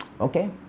Okay